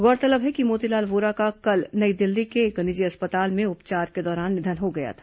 गौरतलब है कि मोतीलाल वोरा का कल नई दिल्ली के एक निजी अस्पताल में उपचार के दौरान निधन हो गया था